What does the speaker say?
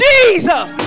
Jesus